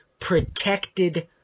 protected